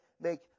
make